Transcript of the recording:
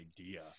idea